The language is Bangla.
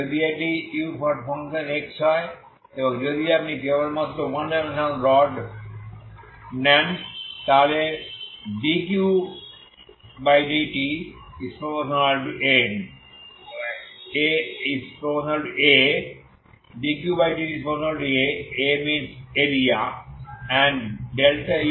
যদি এটি u হয় যদি আপনি কেবলমাত্র ওয়ান ডাইমেনশনাল রড নেন তাহলে dQdt∝Aarea∂u∂x∂u∂y